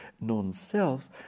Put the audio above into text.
non-self